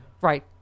Right